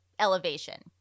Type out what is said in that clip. elevation